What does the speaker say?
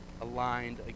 aligned